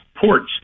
ports